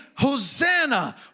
Hosanna